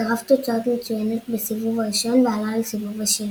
גרף תוצאות מצוינות בסיבוב הראשון ועלה לסיבוב השני.